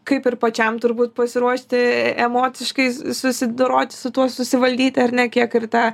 kaip ir pačiam turbūt pasiruošti emociškai susidoroti su tuo susivaldyti ar ne kiek ir tą